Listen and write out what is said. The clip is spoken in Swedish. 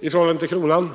i förhållande till kronan.